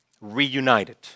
reunited